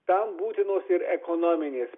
tam būtinos ir ekonominės